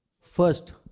First